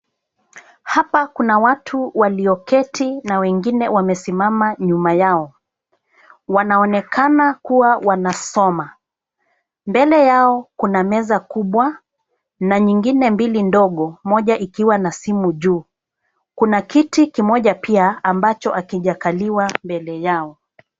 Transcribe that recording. Hapa kuna watu walioketi na wengine wamesimama nyuma yao. Wanaonekana kuwa wanasoma. Mbele yao kuna meza kubwa na nyingine mbili ndogo moja ikiwa na simu juu. Kuna kiti kimoja pia ambacho hakijakaliwa mbele yao.